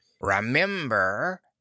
Remember